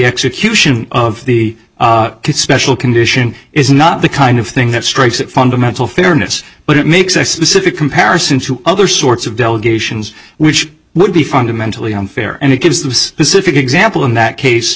execution of the special condition is not the kind of thing that strikes that fundamental fairness but it makes a specific comparison to other sorts of delegations which would be fundamentally unfair and it gives the specific example in that case